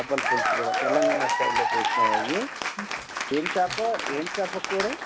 చేపల పులుసు కూడా తెలంగాణ స్టైల్లో చేసినవవి ఏం చేప ఏం చేప కూర